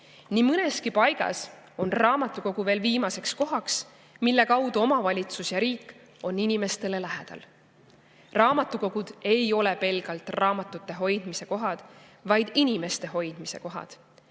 Nii mõneski paigas on raamatukogu veel viimane koht, mille kaudu omavalitsus ja riik on inimestele lähedal. Raamatukogud ei ole pelgalt raamatute hoidmise kohad, vaid on inimeste hoidmise kohad.